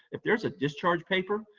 if there's a discharge paper,